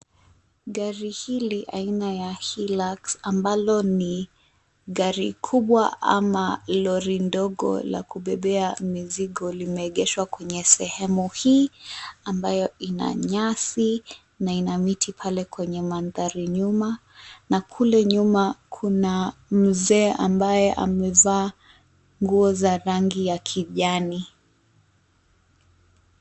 Gari hili aina ya Hilux , ambalo ni gari kubwa ama lori ndogo la kubebea mizigo limeegeshwa kwenye sehemu hii ambayo ina nyasi, na ina miti pale kwenye mandhari nyuma na kule nyuma, kuna, mzee ambaye amevaa, nguo za rangi ya kijani.